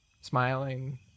smiling